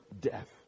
death